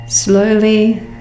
Slowly